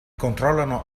controllano